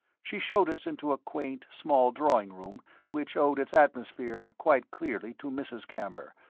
she showed us into a quaint, small drawing room which owed its atmosphere quite clearly to mrs. camber,